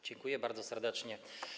Dziękuję bardzo serdecznie.